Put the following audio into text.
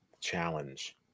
Challenge